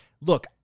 Look